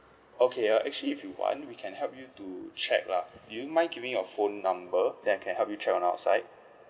okay uh actually if you want we can help you to check lah do you mind giving your phone number then I can help you check on our side